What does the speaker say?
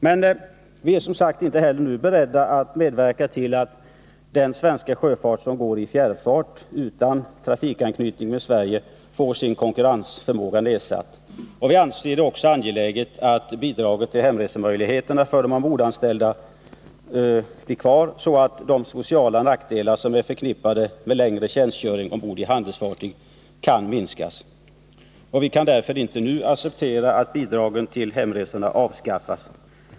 Men vi är som sagt inte heller nu beredda att medverka till att den svenska sjöfart som går i fjärrfart utan trafikanknytning med Sverige får sin konkurrensförmåga nedsatt. Vi anser det också angeläget att bidraget till hemresor för de ombordanställda bibehålls, så att de sociala nackdelar som är förknippade med längre tjänstgöring ombord på handelsfartyg kan minskas. Vi kan därför inte nu acceptera att bidragen till hemresorna avskaffas.